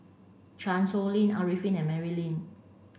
Chan Sow Lin Arifin and Mary Lim